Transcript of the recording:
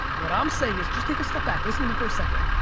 what i'm saying is just take a step back. listen to me for a second.